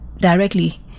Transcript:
directly